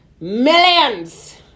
millions